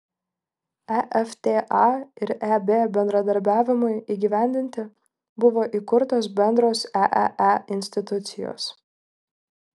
efta ir eb bendradarbiavimui įgyvendinti buvo įkurtos bendros eee institucijos